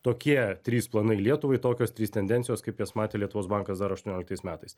tokie trys planai lietuvai tokios trys tendencijos kaip jas matė lietuvos bankas dar aštuonioliktais metais